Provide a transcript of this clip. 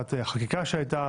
מבחינת החקיקה שהייתה